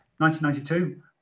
1992